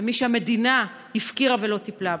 במי שהמדינה הפקירה ולא טיפלה בהם.